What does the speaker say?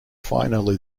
finally